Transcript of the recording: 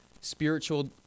spiritual